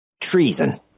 Treason